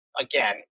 again